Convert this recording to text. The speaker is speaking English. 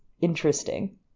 interesting